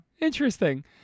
Interesting